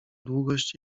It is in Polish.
długość